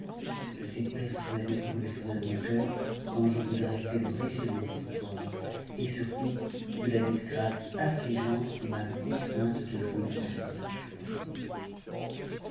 je suis persuadée que vous le ferez de bon cœur quand je qurai fait le récit de mon histoire et surtout de la disgrâce afnigeante contrainte de jouer le personnage que vous voyez